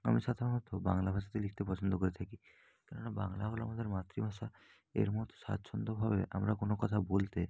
আমি সাধারণত বাংলা ভাষাতে লিখতে পছন্দ করে থাকি কেননা বাংলা হল আমাদের মাতৃভাষা এর মতো স্বাচ্ছন্দভাবে আমরা কোনো কথা বলতে